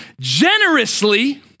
generously